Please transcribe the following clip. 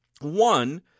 One